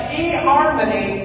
e-harmony